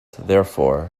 therefore